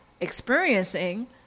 experiencing